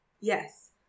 Yes